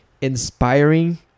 inspiring